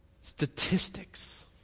statistics